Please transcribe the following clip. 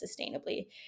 sustainably